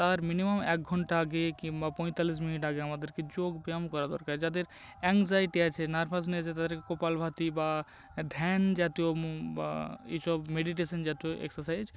তার মিনিমাম এক ঘণ্টা আগে কিংবা পঁয়তাল্লিশ মিনিট আগে আমাদেরকে যোগব্যায়াম করা দরকার যাদের এংজায়টি আছে নার্ভাসনেস আছে তাদেরকে কপালভাতি বা ধ্যান জাতীয় বা এইসব মেডিটেশন জাতীয় এক্সাসাইজ